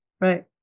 Right